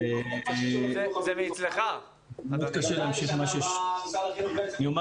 אני חושב